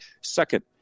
Second